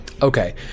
Okay